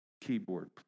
keyboard